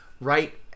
right